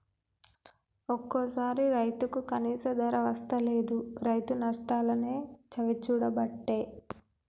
ఒక్కోసారి రైతుకు కనీస ధర వస్తలేదు, రైతు నష్టాలనే చవిచూడబట్టే